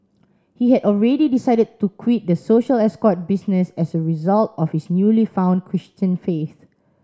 he had already decided to quit the social escort business as a result of his newly found Christian faith